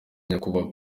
nyakubahwa